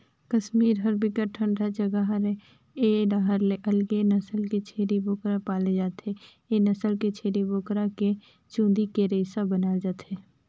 कस्मीर ह बिकट ठंडा जघा हरय ए डाहर अलगे नसल के छेरी बोकरा पाले जाथे, ए नसल के छेरी बोकरा के चूंदी के रेसा बनाल जाथे